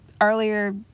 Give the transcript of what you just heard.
earlier